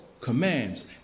commands